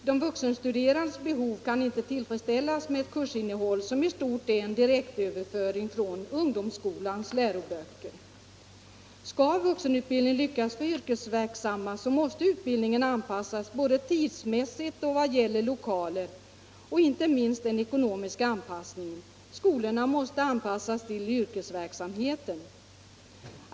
De vuxen Nr 83 studerandes behov kan inte tillfredsställas med ett kursinnehåll som i Tisdagen den stort är en direktöverföring från ungdomsskolans läroböcker. Skall vux 20 maj 1975 enutbildningen lyckas för de yrkesverksamma måste utbildningen an= I passas tidsmässigt, lokalmässigt och inte minst ekonomiskt. Skolorna — Vuxenutbildningen, måste anpassas till yrkesverksamheten.